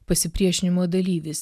pasipriešinimo dalyvis